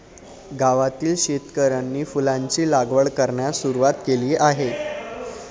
गावातील शेतकऱ्यांनी फुलांची लागवड करण्यास सुरवात केली आहे